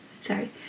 sorry